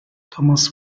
thomas